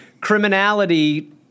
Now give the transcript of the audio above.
criminality